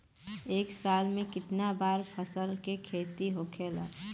एक साल में कितना बार फसल के खेती होखेला?